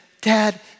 dad